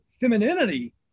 femininity